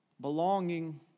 Belonging